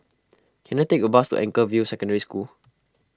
can I take a bus to Anchorvale Secondary School